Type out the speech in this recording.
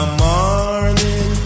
morning